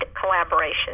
collaboration